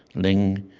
ling,